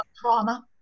trauma